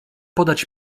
podać